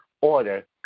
order